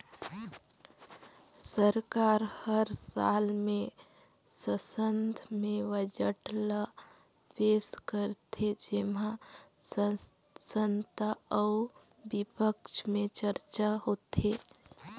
सरकार हर साल में संसद में बजट ल पेस करथे जेम्हां सत्ता अउ बिपक्छ में चरचा होथे